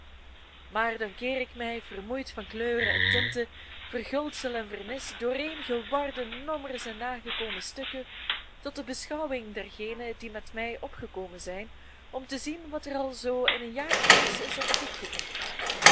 maar dan keer ik mij vermoeid van kleuren en tinten verguldsel en vernis dooreengewarde nommers en nagekomen stukken tot de beschouwing dergenen die met mij opgekomen zijn om te zien wat er al zoo in een jaar tijds is op het doek gebracht